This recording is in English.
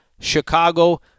Chicago